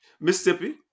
Mississippi